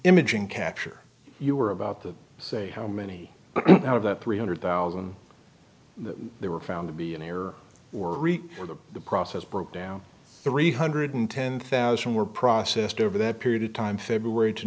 imaging capture you were about to say how many of that three hundred thousand they were found to be in error or repeat the process broke down three hundred ten thousand were processed over that period of time february to